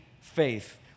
faith